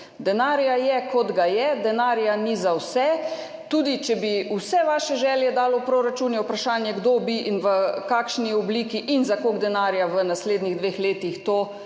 Denarja je, kot ga je, denarja ni za vse. Tudi če bi vse vaše želje dali v proračun, je vprašanje, kdo bi to naredil in v kakšni obliki in za koliko denarja v naslednjih dveh letih, tako